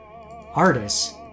artists